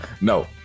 No